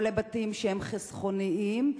או לבתים שהם חסכוניים,